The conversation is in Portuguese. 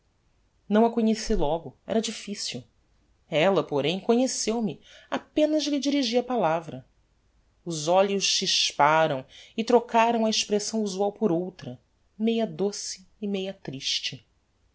não a conheci logo era difficil ella porém conheceu-me apenas lhe dirigi a palavra os olhos chisparam e trocaram a expressão usual por outra meia doce e meia triste